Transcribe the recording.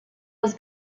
was